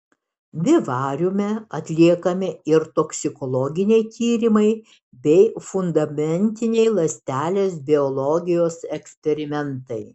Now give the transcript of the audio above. vivariume atliekami ir toksikologiniai tyrimai bei fundamentiniai ląstelės biologijos eksperimentai